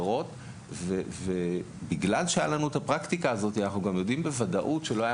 בגלל הפרקטיקה אנחנו יודעים שלא היו